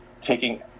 taking